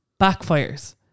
backfires